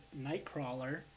nightcrawler